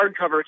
hardcover